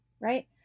right